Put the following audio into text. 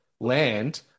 land